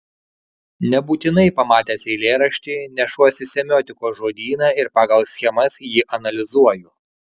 nebūtinai pamatęs eilėraštį nešuosi semiotikos žodyną ir pagal schemas jį analizuoju